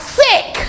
sick